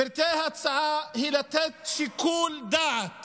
פרטי ההצעה הם לתת שיקול דעת